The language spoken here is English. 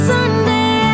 Sunday